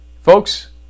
Folks